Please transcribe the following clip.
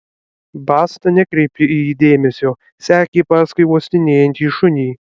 basta nekreipė į jį dėmesio sekė paskui uostinėjantį šunį